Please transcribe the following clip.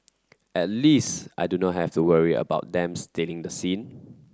at least I do not have to worry about them stealing the scene